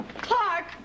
Clark